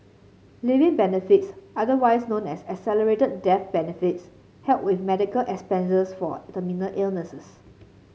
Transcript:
living benefits otherwise known as accelerated death benefits help with medical expenses for terminal illnesses